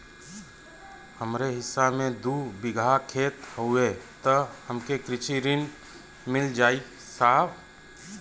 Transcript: हमरे हिस्सा मे दू बिगहा खेत हउए त हमके कृषि ऋण मिल जाई साहब?